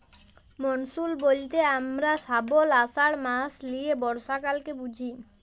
monsoon ব্যলতে হামরা শ্রাবল, আষাঢ় মাস লিয়ে বর্ষাকালকে বুঝি